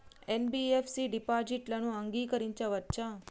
NBFC డిపాజిట్లను అంగీకరించవచ్చా?